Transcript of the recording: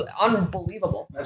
unbelievable